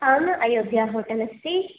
आम् अयोध्या होटेल् अस्ति